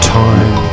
time